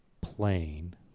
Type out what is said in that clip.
plane